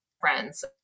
friends